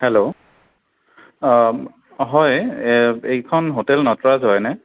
hello অঁ হয় এইখন হোটেল নটৰাজ হয়নে